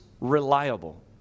reliable